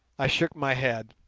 i shook my head.